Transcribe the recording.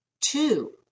Two